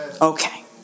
Okay